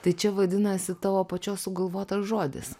tai čia vadinasi tavo pačios sugalvotas žodis